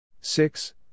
Six